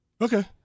okay